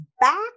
back